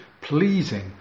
pleasing